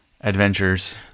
adventures